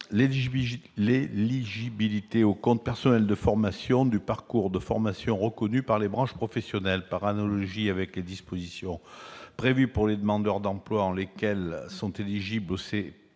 l'éligibilité au compte personnel de formation aux parcours de formation reconnus par les branches professionnelles. Par analogie avec les dispositions prévues pour les demandeurs d'emploi en vertu desquelles sont éligibles au CPF